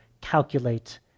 calculate